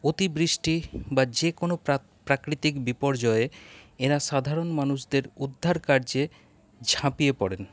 অতিবৃষ্টি বা যেকোনো প্রা প্রাকৃতিক বিপর্যয়ে এরা সাধারণ মানুষদের উদ্ধার কার্যে ঝাঁপিয়ে পড়েন